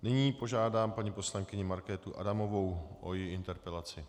Nyní požádám paní poslankyni Markétu Adamovou o její interpelaci.